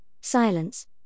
silence